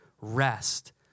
Rest